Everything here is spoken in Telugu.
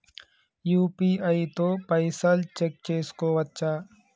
యూ.పీ.ఐ తో పైసల్ చెక్ చేసుకోవచ్చా?